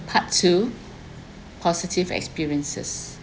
part two positive experiences